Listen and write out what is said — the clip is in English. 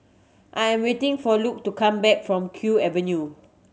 I am waiting for Luke to come back from Kew Avenue